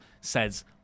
says